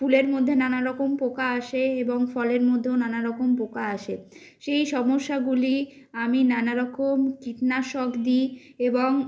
ফুলের মধ্যে নানারকম পোকা আসে এবং ফলের মধ্যেও নানারকম পোকা আসে সেই সমস্যাগুলি আমি নানারকম কীটনাশক দিই এবং